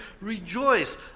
Rejoice